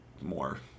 more